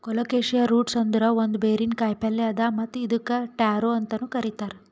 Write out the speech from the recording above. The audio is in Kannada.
ಕೊಲೊಕಾಸಿಯಾ ರೂಟ್ಸ್ ಅಂದುರ್ ಒಂದ್ ಬೇರಿನ ಕಾಯಿಪಲ್ಯ್ ಅದಾ ಮತ್ತ್ ಇದುಕ್ ಟ್ಯಾರೋ ಅಂತನು ಕರಿತಾರ್